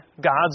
God's